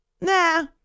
Nah